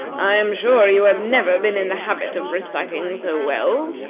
i am sure you have never been in the habit of reciting so well.